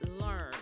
learn